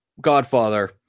Godfather